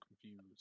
confused